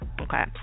okay